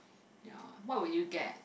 ya what would you get